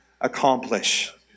accomplish